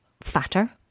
fatter